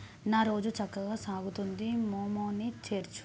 నా రోజు చక్కగా సాగుతుంది మోమోని చేర్చు